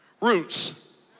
roots